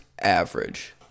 average